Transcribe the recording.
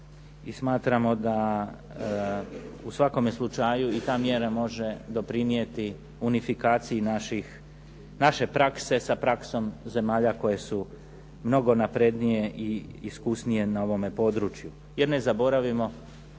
smatramo da u svakome slučaju i ta mjera može doprinijeti unifikaciji naše prakse sa praksom zemalja koje su mnogo naprednije i iskusnije na ovome području. Jer ne zaboravimo